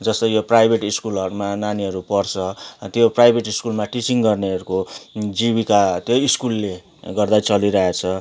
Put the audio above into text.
जस्तै यो प्राइभेट स्कुलहरूमा नानीहरू पढ्छ त्यो प्राइभेट स्कुलमा टिचिङ गर्नेहरूको जीविका त्यही स्कुलले गर्दा चलिरहेछ